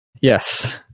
Yes